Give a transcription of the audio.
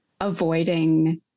avoiding